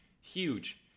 huge